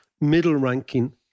middle-ranking